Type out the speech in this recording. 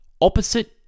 Opposite